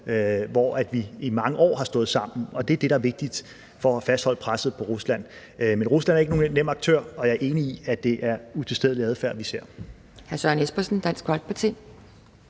hvor vi i mange år har stået sammen, og det er det, der er vigtigt for at fastholde presset på Rusland. Men Rusland er ikke nogen nem aktør, og jeg er enig i, at det er utilstedelig adfærd, vi ser.